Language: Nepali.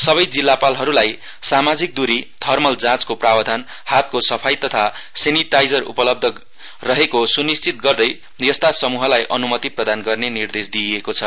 सबै जिल्लापालहरुलाई सामाजिक द्री थर्मल जाँचको प्रावधान हातको सफाई तथा सेनिटाइजर उपलब्ध रहेको सूनिश्चित गर्दै यस्ता समूहलाई अनुमति प्रदान गर्ने निर्देश दिइएको छ